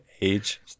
age